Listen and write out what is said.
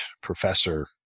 professor